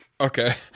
Okay